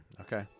Okay